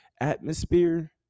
atmosphere